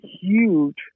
huge